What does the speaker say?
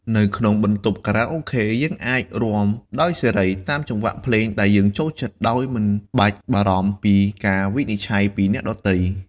នៅក្នុងបន្ទប់ខារ៉ាអូខេ យើងអាចរាំដោយសេរី តាមចង្វាក់ភ្លេងដែលយើងចូលចិត្ត ដោយមិនបាច់បារម្ភពីការវិនិច្ឆ័យពីអ្នកដទៃ។